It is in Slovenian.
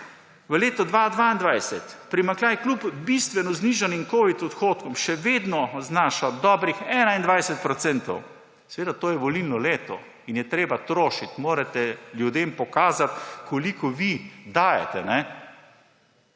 V letu 2022 primanjkljaj kljub bistveno znižanim covid odhodkom še vedno znaša dobrih 21 %. Seveda, to je volilno leto in je treba trošiti, ljudem morate pokazati, koliko vi dajete.